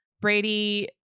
brady